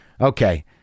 okay